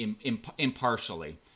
impartially